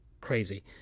crazy